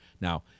Now